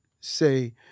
say